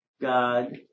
God